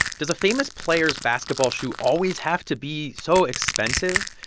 does a famous player's basketball shoe always have to be so expensive?